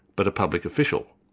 but a public official,